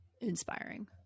inspiring